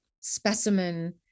specimen